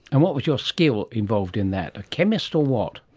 and what would your skill involved in that? a chemist or what?